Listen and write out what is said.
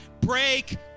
break